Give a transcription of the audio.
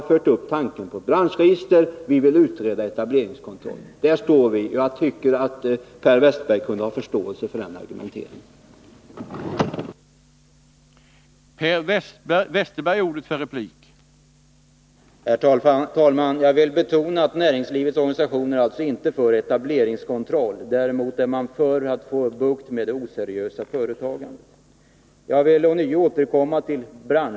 Vi har tagit upp tanken på branschregister och vill utreda frågan om etableringskontroll. Där står vi, och jag tycker att Per Westerberg kunde ha förståelse för vår argumentering på den punkten.